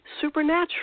supernatural